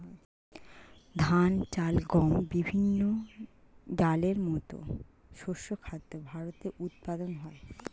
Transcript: ধান, চাল, গম, বিভিন্ন ডালের মতো শস্য খাদ্য ভারতে উৎপাদন হয়